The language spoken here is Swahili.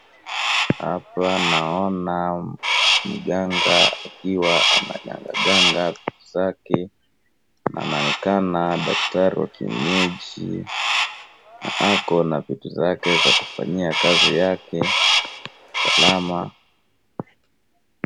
Hapa naona mganga akiwa anagangaganga vitu zake. Anaonekana daktari wa kienyeji na akona vitu zake za kufanyia kazi yake salama.